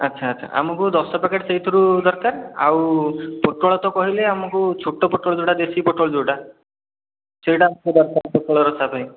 ଆଚ୍ଛ ଆଚ୍ଛା ଆମକୁ ଦଶ ପ୍ୟାକେଟ୍ ସେଇଥିରୁ ଦରକାର ଆଉ ପୋଟଳ ତ କହିଲେ ଆମକୁ ଛୋଟ ପୋଟଳ ଯେଉଁଟା ଦେଶୀ ପୋଟଳ ଯେଉଁଟା ସେଇଟା ଦରକାର ପୋଟଳ ରସା ପାଇଁ